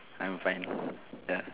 I'm fine ya